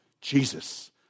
Jesus